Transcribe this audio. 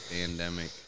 pandemic